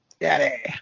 Daddy